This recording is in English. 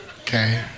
Okay